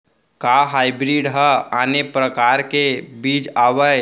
का हाइब्रिड हा आने परकार के बीज आवय?